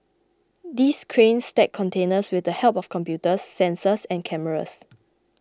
these cranes stack containers with the help of computers sensors and cameras